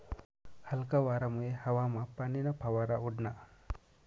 हलका वारामुये हवामा पाणीना फवारा उडना